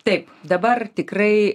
taip dabar tikrai